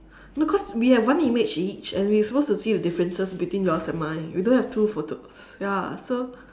no cause we have one image each and we supposed to see the differences between yours and mine we don't have two photos ya so